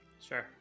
Sure